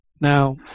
Now